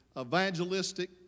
evangelistic